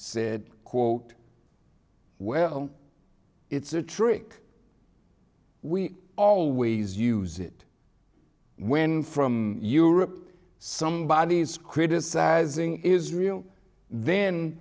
said quote well it's a trick we always use it when from europe somebody is criticizing israel then